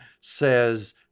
says